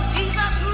Jesus